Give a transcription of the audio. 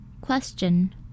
question